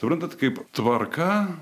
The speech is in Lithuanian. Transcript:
suprantat kaip tvarka